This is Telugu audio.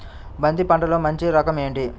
బంతి పంటలో మంచి రకం ఏది?